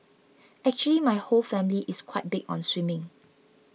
actually my whole family is quite big on swimming